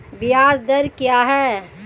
ब्याज दर क्या है?